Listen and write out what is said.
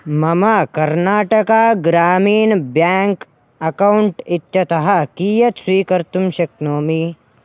मम Karnataka Grameena bank account इत्यतः कियत् स्वीकर्तुं शक्नोमि